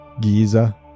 Giza